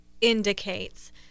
indicates